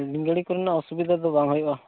ᱦᱩᱰᱤᱧ ᱜᱟᱲᱤ ᱠᱚᱨᱮᱱᱟᱜ ᱚᱥᱩᱵᱤᱫᱷᱟ ᱫᱚ ᱵᱟᱝ ᱦᱩᱭᱩᱜᱼᱟ